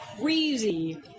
crazy